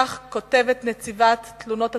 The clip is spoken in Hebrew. כך כותבת נציבת תלונות הציבור,